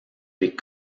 des